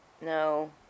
No